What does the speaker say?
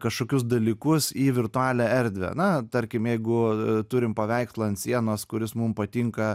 kažkokius dalykus į virtualią erdvę na tarkim jeigu turim paveikslą ant sienos kuris mum patinka